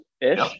ish